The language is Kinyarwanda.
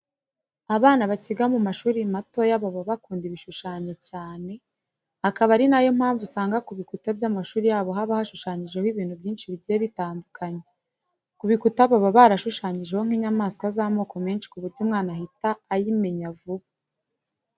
Abana bakiga mu mashuri matoya baba bakunda ibishushanyo cyane, akaba ari na yo mpamvu usanga ku bikuta by'amashuri yabo haba hashushanyijeho ibintu byinshi bigiye bitandukanye. Ku bikuta baba barashushanyijeho nk'inyamaswa z'amoko menshi ku buryo umwana ahita ayamenya vuba.